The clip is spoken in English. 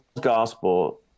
gospel